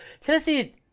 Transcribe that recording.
Tennessee